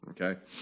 okay